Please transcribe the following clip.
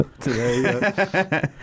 today